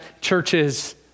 churches